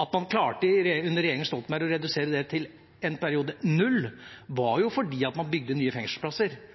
At man under regjeringen Stoltenberg i en periode klarte å redusere det til